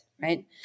right